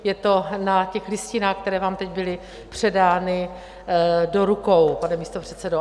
Je to na těch listinách, které vám teď byly předány do rukou, pane místopředsedo.